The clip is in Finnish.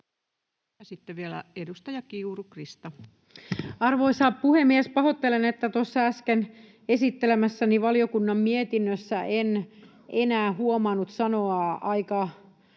Time: 18:21 Content: Arvoisa puhemies! Pahoittelen, että tuossa äsken esittelemässäni valiokunnan mietinnössä en enää huomannut sanoa ajan